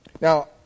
Now